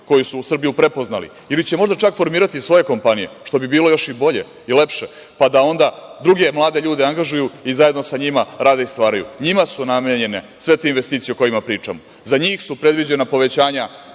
koji su Srbiju prepoznali ili će možda čak formirati svoje kompanije, što bi bilo još i bolje i lepše, pa da onda druge mlade ljude angažuju i zajedno sa njima rade i stvaraju. Njima su namenjene sve te investicije o kojima primam. Za njih su predviđena povećanja